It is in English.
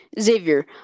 Xavier